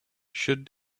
should